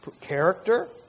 Character